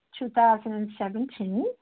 2017